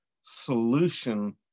solution